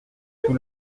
tout